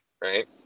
Right